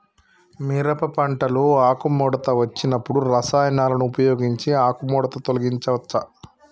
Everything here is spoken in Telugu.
మిరప పంటలో ఆకుముడత వచ్చినప్పుడు రసాయనాలను ఉపయోగించి ఆకుముడత తొలగించచ్చా?